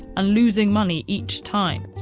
ah losing money each time.